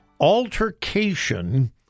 altercation